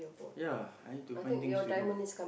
ya I need to find things to do